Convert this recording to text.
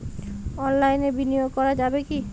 অনলাইনে বিনিয়োগ করা যাবে কি?